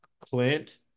Clint